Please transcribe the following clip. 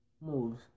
moves